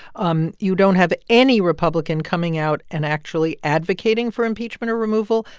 um you don't have any republican coming out and actually advocating for impeachment or removal.